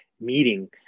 meeting